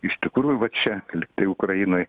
iš tikrųjų va čia lygtai ukrainoj